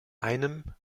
einem